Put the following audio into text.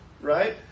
right